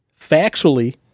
Factually